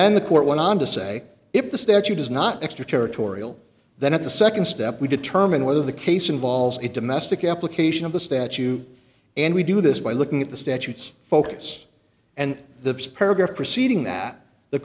then the court went on to say if the statute is not extraterritorial then at the nd step we determine whether the case involves it domestic application of the statute and we do this by looking at the statutes focus and the paragraph proceeding that the